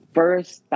first